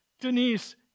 Denise